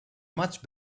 much